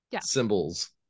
symbols